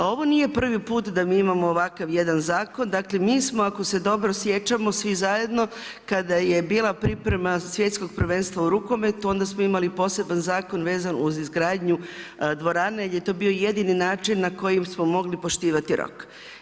Ovo nije prvi put da mi imamo ovakav jedan zakon, dakle mi smo ako se dobro sjećamo svi zajedno kada je bila priprema Svjetskog prvenstva u rukometu onda smo imali poseban zakon vezan uz izgradnju dvorane jel je to bio jedini način na koji smo mogli poštivati rok.